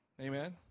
Amen